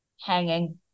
hanging